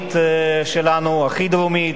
הדרומית שלנו, הכי דרומית,